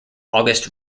august